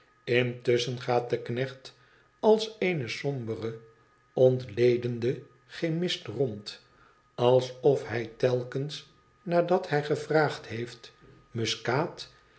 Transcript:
idtusschen gaat de knecht als eene sombere ontledende chemist rond alsof hij telkens nadat hij gevraagd heeft muskaat